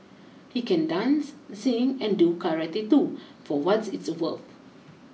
he can dance sing and do karate too for what it's worth